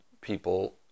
people